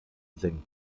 senken